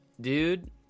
Dude